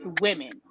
women